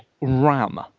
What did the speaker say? RAM